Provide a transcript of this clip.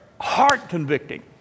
heart-convicting